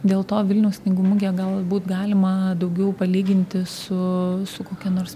dėl to vilniaus knygų mugę galbūt galima daugiau palyginti su su kokia nors